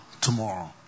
tomorrow